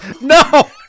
No